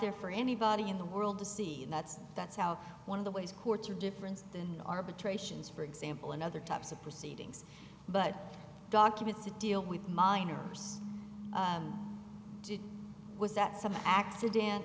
there for anybody in the world to see and that's that's how one of the ways courts are different than arbitrations for example and other types of proceedings but documents to deal with minors did was that some accident